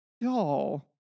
y'all